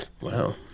Wow